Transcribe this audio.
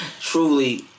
truly